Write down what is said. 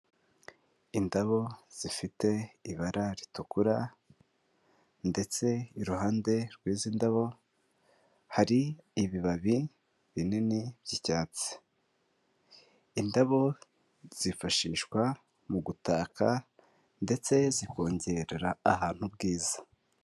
Indabo zifite ibara ritukura ndetse iruhande rw'izi ndabo hari ibibabi binini by'icyatsi, indabo zifashishwa mu gutaka ndetse zikongerera ahantu ubwiza.